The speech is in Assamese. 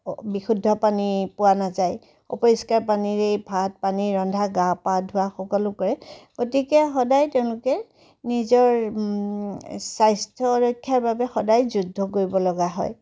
বিশুদ্ধ পানী পোৱা নাযায় অপৰিস্কাৰ পানীৰেই ভাত পানী ৰন্ধা গা পা ধোৱা সকলো কৰে গতিকে সদায় তেওঁলোকে নিজৰ স্বাস্থ্য ৰক্ষাৰ বাবে সদায় যুদ্ধ কৰিবলগা হয়